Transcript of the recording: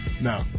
No